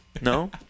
No